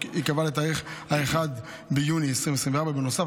ייקבע לתאריך 1 ביוני 2024. בנוסף,